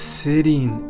sitting